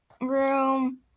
room